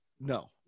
No